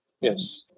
Yes